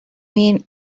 mean